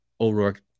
o'rourke